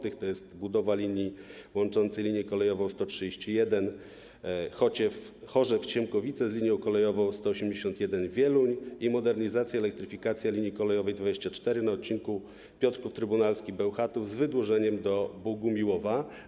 Będzie to budowa linii łączącej linie kolejową 131, Chorzew Siemkowice, z linią kolejową 181, Wieluń, oraz modernizacja i elektryfikacja linii kolejowej 24 na odcinku Piotrków Trybunalski - Bełchatów z wydłużeniem do Bogumiłowa.